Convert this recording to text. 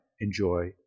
enjoy